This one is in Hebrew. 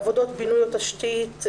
עבודות בינוי או תשתית,